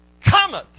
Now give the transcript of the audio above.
cometh